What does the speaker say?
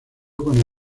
con